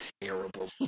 terrible